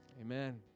Amen